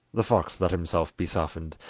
the fox let himself be softened,